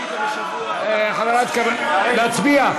חברת הכנסת קארין, להצביע?